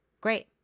Great